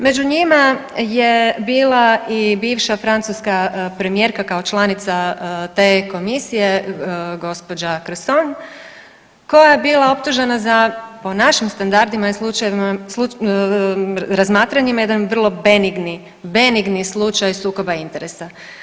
Među njima je bila i bivša francuska premijerka, kao članica te komisije, gospođa Cresson, koja je bila optužena za, po našim standardima i slučajevima, razmatranjima jedan vrlo benigni, benigni slučaj sukoba interesa.